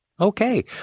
Okay